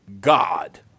God